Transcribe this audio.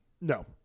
No